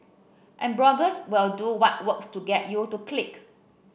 and bloggers will do what works to get you to click